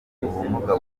ubumuga